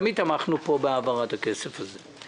תמיד תמכנו פה בהעברת הכסף הזה.